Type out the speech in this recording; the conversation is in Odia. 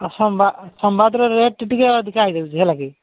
ଆଉ ସମ୍ବାଦ ସମ୍ବାଦର ରେଟ୍ ଟିକେ ଅଧିକା ହୋଇଯାଉଛି ହେଲାକି